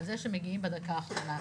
על זה שמגיעים בדקה האחרונה.